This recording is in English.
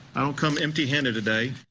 i don't come empty-handed today.